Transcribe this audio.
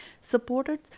supported